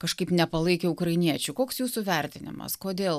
kažkaip nepalaikė ukrainiečių koks jūsų vertinimas kodėl